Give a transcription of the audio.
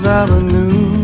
avenue